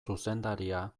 zuzendaria